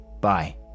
Bye